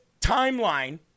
timeline